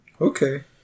Okay